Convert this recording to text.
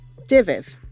Diviv